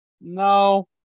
No